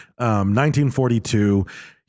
1942